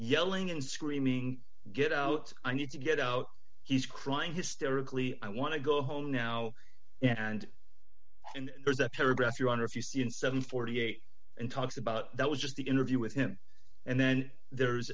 yelling and screaming get out i need to get out he's crying hysterically i want to go home now and and there's a paragraph you wonder if you see in seven hundred and forty eight and talks about that was just the interview with him and then there's